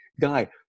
guy